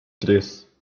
tres